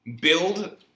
build